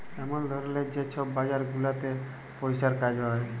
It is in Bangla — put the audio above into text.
এমল ধরলের যে ছব বাজার গুলাতে পইসার কাজ হ্যয়